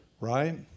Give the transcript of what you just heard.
right